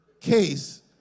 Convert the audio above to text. case